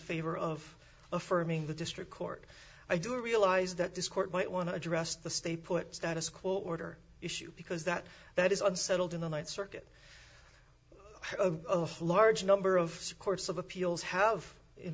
favor of affirming the district court i do realize that this court might want to address the stay put status quo order issue because that that is unsettled in the th circuit a large number of course of appeals have in